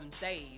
Dave